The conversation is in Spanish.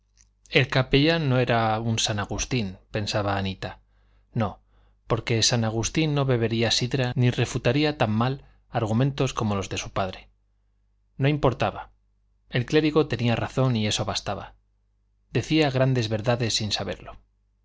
el capellán no era un san agustín pensaba anita no porque san agustín no bebería sidra ni refutaría tan mal argumentos como los de su padre no importaba el clérigo tenía razón y eso bastaba decía grandes verdades sin saberlo